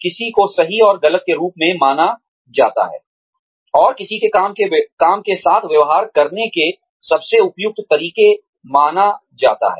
किसी को सही और गलत के रूप में माना जाता है और किसी के काम के साथ व्यवहार करने के सबसे उपयुक्त तरीके माना जाता है